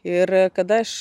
ir kada aš